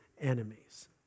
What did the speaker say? enemies